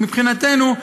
מבחינתנו,